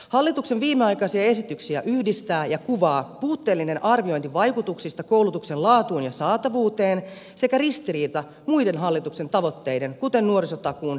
hallituksen viimeaikaisia esityksiä yhdistää ja kuvaa puutteellinen arviointi vaikutuksista koulutuksen laatuun ja saatavuuteen sekä ristiriita muiden hallituksen tavoitteiden kuten nuorisotakuun ja elinikäisen oppimisen kanssa